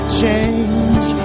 change